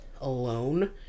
alone